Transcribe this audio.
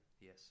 Yes